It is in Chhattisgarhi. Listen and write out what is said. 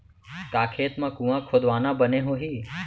का खेत मा कुंआ खोदवाना बने होही?